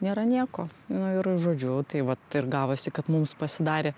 nėra nieko nu ir žodžiu tai vat ir gavosi kad mums pasidarė